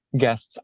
guests